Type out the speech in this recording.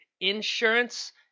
insurance